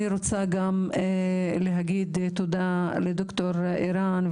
אני רוצה גם להגיד תודה לד"ר ערן,